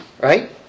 right